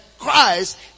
Christ